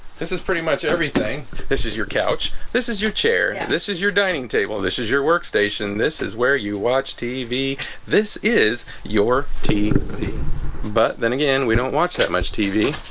this is pretty much everything this is your couch. this is your chair. and this is your dining table. this is your workstation. this is where you watch tv this is your tv but then again, we don't watch that much tv,